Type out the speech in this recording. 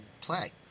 play